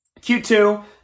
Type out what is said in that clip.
Q2